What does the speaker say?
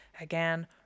Again